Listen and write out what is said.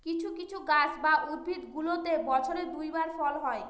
কিছু কিছু গাছ বা উদ্ভিদগুলোতে বছরে দুই বার ফল হয়